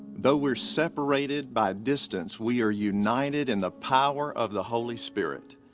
though we're separated by distance, we are united in the power of the holy spirit.